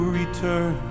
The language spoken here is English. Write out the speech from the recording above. return